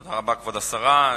תודה רבה, כבוד השרה.